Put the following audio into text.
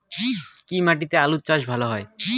কি মাটিতে আলু চাষ ভালো হয়?